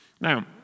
Now